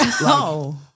No